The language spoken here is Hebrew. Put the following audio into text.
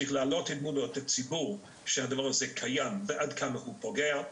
צריך להעלות אמון שהדבר הזה קיים ועד כמה הוא פוגע,